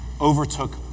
overtook